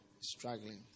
struggling